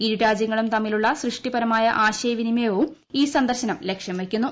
ഇരു രാജ്യങ്ങളും തമ്മിലുള്ള സൃഷ്ടിപരമായ ആൾയവിനമയവും ഈ സന്ദർശനം ലക്ഷ്യം വെയ്ക്കുന്നു